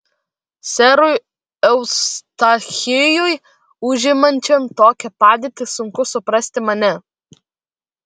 serui eustachijui užimančiam tokią padėtį sunku suprasti mane